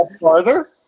farther